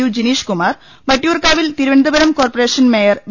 U Jineesh Kumar വട്ടിയൂർക്കാവിൽ Thiruvananthapuram corporation mayor V